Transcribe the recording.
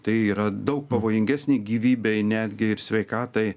tai yra daug pavojingesnė gyvybei netgi ir sveikatai